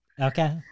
okay